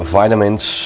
vitamins